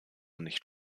nicht